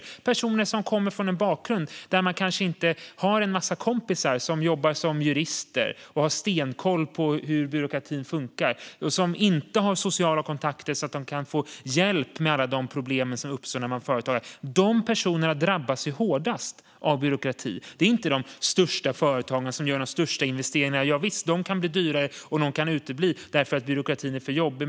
Det kan vara personer som kommer från en bakgrund där man kanske inte har en massa kompisar som jobbar som jurister som har stenkoll på hur byråkratin funkar. De har kanske inte några sociala kontakter som gör att de får hjälp med alla de problem som uppstår för företagare. Dessa personer drabbas hårdast av byråkrati. Det handlar inte om de största företagen som gör de största investeringarna. Jovisst, det kan bli dyrare och något företag kan utebli för att byråkratin är för jobbig.